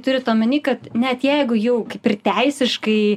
turit omenyje kad net jeigu jau kaip ir teisiškai